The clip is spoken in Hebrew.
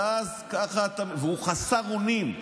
וככה הוא חסר אונים,